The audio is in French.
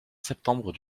septembre